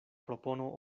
propono